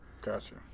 Gotcha